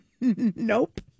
Nope